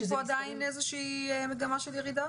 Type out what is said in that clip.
אין פה עדיין איזושהי מגמה של ירידה?